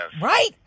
Right